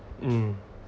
mm